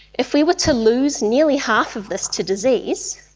if we were to lose nearly half of this to disease,